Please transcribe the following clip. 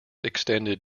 extended